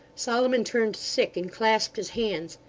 solomon turned sick, and clasped his hands.